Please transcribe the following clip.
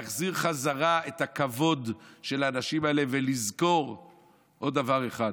להחזיר בחזרה את הכבוד של האנשים האלה ולזכור עוד דבר אחד,